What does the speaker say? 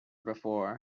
before